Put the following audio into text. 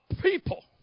people